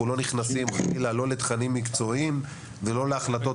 אנחנו לא נכנסים חלילה לתכנים מקצועיים ולא להחלטות